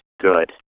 Good